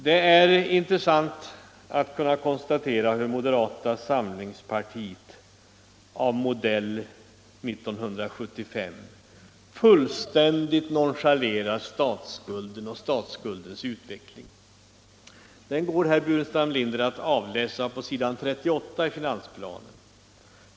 Det är intressant att kunna konstatera hur moderata samlingspartiet av modell 1975 fullständigt nonchalerar statsskulden och statsskuldens utveckling. Den går, herr Burenstam Linder, att avläsa på s. 38 i finansplanen.